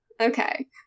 Okay